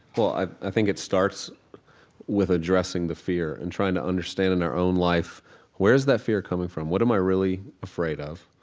well, i think it starts with addressing the fear and trying to understand in our own life where's that fear coming from? what am i really afraid of?